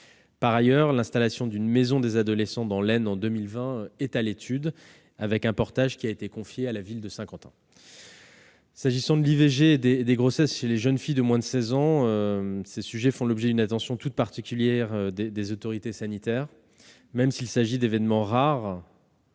Par ailleurs, l'installation d'une maison des adolescents dans l'Aisne en 2020 est à l'étude, avec un portage confié à la ville de Saint-Quentin. L'IVG et les grossesses chez les jeunes filles de moins de 16 ans font l'objet d'une attention toute particulière des autorités sanitaires, même s'il s'agit d'événements rares,